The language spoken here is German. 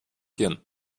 gehen